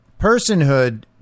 personhood